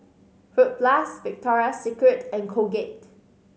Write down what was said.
Fruit Plus Victoria Secret and Colgate